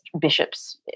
bishops